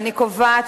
הבאה,